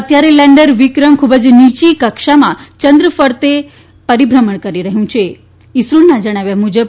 અત્યાર લેન્ડર વિક્રમ ખૂબ જ નીચી કક્ષામાં ચંદ્ર ફરતે પરિભ્રમણ કરી રહ્યું છેઇસરોના જણાવ્યા મુજબ